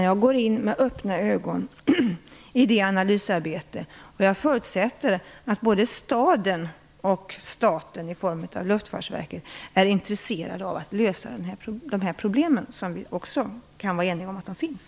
Jag går in i analysarbetet med öppna ögon. Jag förutsätter att både staden och staten i form av Luftfartsverket är intresserade av att lösa de problem som vi är eniga om finns.